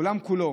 העולם כולו